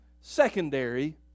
secondary